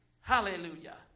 Hallelujah